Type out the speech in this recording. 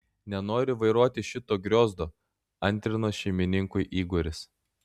nenoriu vairuoti šito griozdo antrino šeimininkui igoris